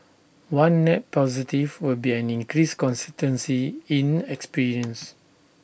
one net positive will be an increased consistency in experience